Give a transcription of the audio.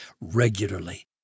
regularly